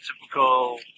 typical